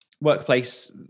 Workplace